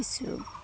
কিছোঁ